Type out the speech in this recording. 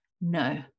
No